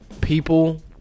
people